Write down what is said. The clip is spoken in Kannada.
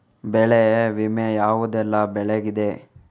ಬೆಳೆ ವಿಮೆ ಯಾವುದೆಲ್ಲ ಬೆಳೆಗಿದೆ?